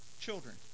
children